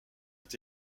est